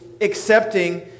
accepting